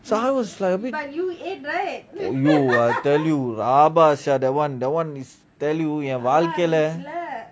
so I was like !aiyo! I tell you rabak sia that [one] that [one] is tell you that [one] that [one] ஏன் வாழ்க்கைல:yean vazhkaila